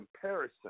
comparison